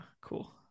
Cool